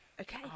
Okay